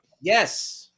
Yes